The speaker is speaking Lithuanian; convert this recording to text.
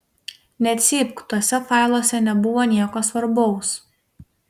necypk tuose failuose nebuvo nieko svarbaus